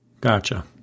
Gotcha